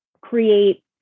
create